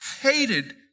hated